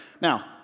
Now